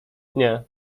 nie